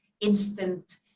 instant